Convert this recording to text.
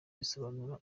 risobanura